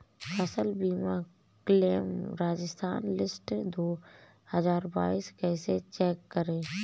फसल बीमा claim Rajasthan list दो हज़ार बाईस कैसे चेक करें?